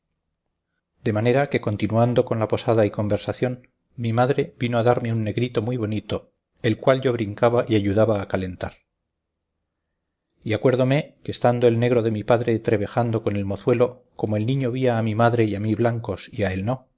de manera que continuando con la posada y conversación mi madre vino a darme un negrito muy bonito el cual yo brincaba y ayudaba a calentar y acuérdome que estando el negro de mi padre trebejando con el mozuelo como el niño vía a mi madre y a mí blancos y a él no